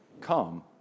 come